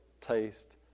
taste